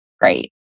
great